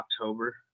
october